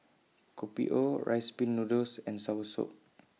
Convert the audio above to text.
Kopi O Rice Pin Noodles and Soursop